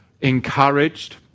encouraged